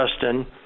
Justin